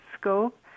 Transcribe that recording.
scope